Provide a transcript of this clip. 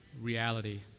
reality